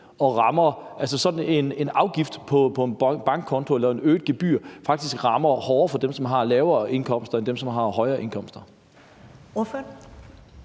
at sådan en afgift på en bankkonto eller et øget gebyr faktisk rammer dem, som har lavere indkomster, hårdere end dem, som har højere indkomster?